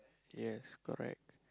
yes correct